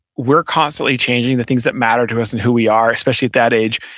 we're constantly changing the things that matter to us and who we are, especially at that age.